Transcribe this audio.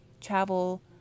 travel